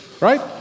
right